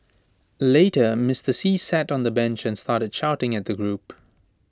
later Mister see sat on A bench and started shouting at the group